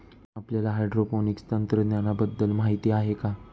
आपल्याला हायड्रोपोनिक्स तंत्रज्ञानाबद्दल माहिती आहे का?